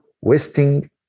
wasting